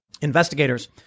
Investigators